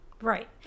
right